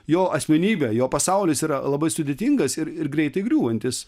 jo asmenybė jo pasaulis yra labai sudėtingas ir ir greitai griūvantis